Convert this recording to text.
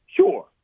Sure